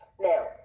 Now